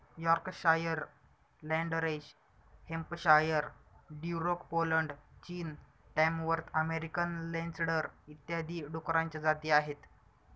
Yorkshire, Landrace Hampshire, Duroc Poland, चीन, Tamworth American लेन्सडर इत्यादी डुकरांच्या जाती आहेत